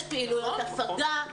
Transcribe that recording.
יש פעילויות עבודה.